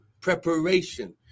preparation